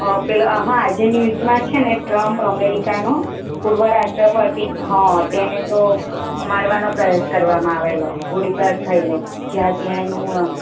પેલો હા જે ન્યૂઝમાં છે ને ટ્રમ્પ અમેરિકાનો પૂર્વ રાષ્ટ્રપતિ હં તેને તો મારવાનો પ્રયાસ કરવામાં આવેલો ગોળીબાર થયેલો જ્યાં ત્યાં એનું